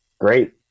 great